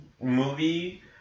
movie